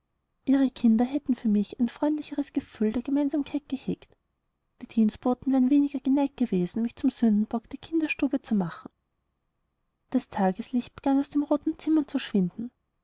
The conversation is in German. ihre kinder hätten für mich ein freundlicheres gefühl der gemeinsamkeit gehegt die dienstboten wären weniger geneigt gewesen mich zum sündenbock der kinderstube zu machen das tageslicht begann aus dem roten zimmer zu schwinden